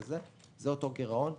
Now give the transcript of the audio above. זה אותו גירעון.